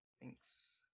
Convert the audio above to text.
Thanks